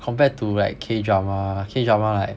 compared to like K drama K drama like